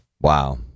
Wow